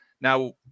Now